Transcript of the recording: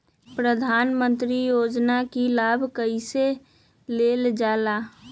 प्रधानमंत्री योजना कि लाभ कइसे लेलजाला?